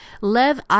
Lev